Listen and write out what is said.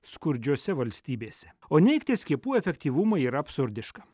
skurdžiose valstybėse o neigti skiepų efektyvumą yra absurdiška